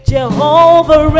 Jehovah